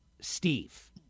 Steve